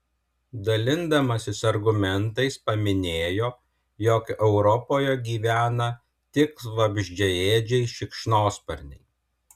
dalindamasis argumentais paminėjo jog europoje gyvena tik vabzdžiaėdžiai šikšnosparniai